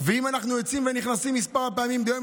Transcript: ואם אנחנו יוצאים ונכנסים מספר פעמים ביום,